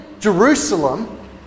Jerusalem